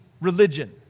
religion